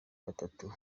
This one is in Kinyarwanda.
batatu